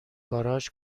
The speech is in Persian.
گاراژ